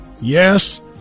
Yes